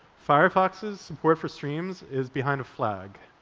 firefox's support for streams is behind a flag,